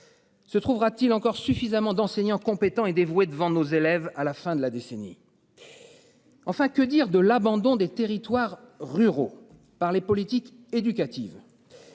Se trouvera-t-il encore suffisamment d'enseignants compétents et dévoués devant nos élèves, à la fin de la décennie. Enfin, que dire de l'abandon des territoires ruraux par les politiques éducatives.